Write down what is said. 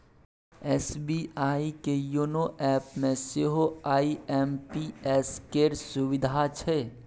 SBI के YONO एपमे सेहो आई.एम.पी.एस केर सुविधा छै